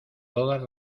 todas